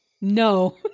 No